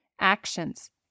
Actions